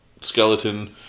skeleton